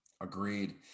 agreed